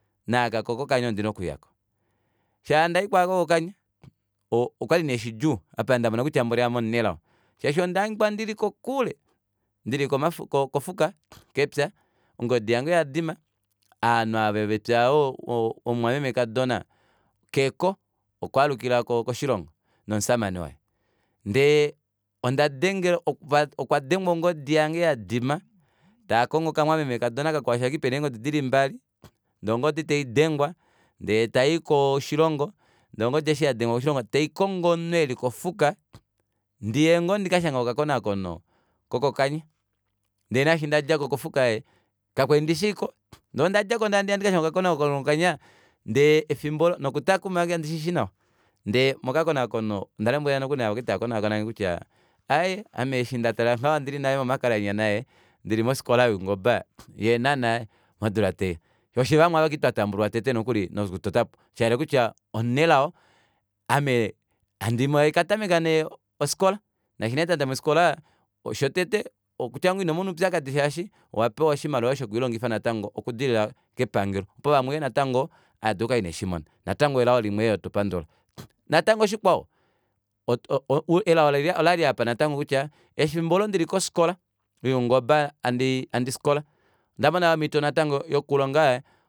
Naaka kokokanya ondina okuyako eshi ndaya kwaaaka kokokanya okwali nee shidjuu apa ndamona kutya mboli aame ondina elao shaashi ondahangika ndili kokule ndili kofuka kepya ongodi yange oyadima ovanhu ava vepya aalo omumemekadona keko okaalukila koshilongo nomushamane waye ndee ondadengelwa okwa denga ongodi yange yadima taakongo okamwameme kadona kakwao shaashi okwali pena eengodi dili mbali ndee ongodi taidengwa ndee tayii koshilongo ndee ongodi eshi yandengwa taikongo omunhu eli kofuka ndiye ngoo ndikashange okakonaakono kokokanya ndee naashi ndadjako kofuka kakwali ndishiiko ndee ondadjako ndee handiya ndikashange okakonaakono kokokanya ndee efimbo olo nokutakuma nghikushi nawa ndee mokakakonaakono ondalombwela nokuli naava kwali tava konaakonange kutya aaye ame eshi ndatala ngaha ondili nale momakalanyana ndili mofikola youngoba yaenhana modula taiya ofye vamwe aava kwali twatambulwa tete nokuli nokutotamo shahala kutya omunelao ame haikatameka nee ofikola naashi nee ndatameka ofikola shotete okutya ngoo inomona oupyakadi shaashi owapewa oshimaliwa natango shokwiilongifa okudilila kepangelo pena vamwe ovo natango haadulu okukala inaveshimona natango elao limwe yoo hatu pandula natango shikwao elao olali apa natango kutya efimbo olo ndili kofikola youngoba handifikola ondamona yoo natango omito yokulonga